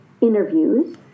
interviews